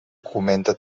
comenta